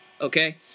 okay